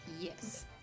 Yes